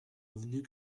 revenus